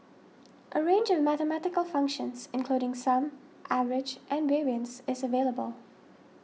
a range of mathematical functions including sum average and variance is available